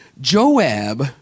Joab